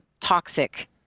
toxic